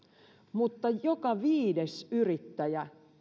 mutta joka viides yrittäjä